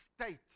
state